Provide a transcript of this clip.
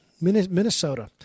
Minnesota